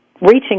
Reaching